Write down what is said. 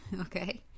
Okay